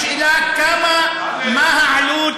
השאלה: מה העלות